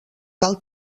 cal